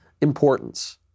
importance